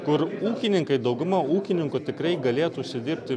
kur ūkininkai dauguma ūkininkų tikrai galėtų užsidirbti